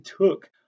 took